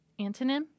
antonym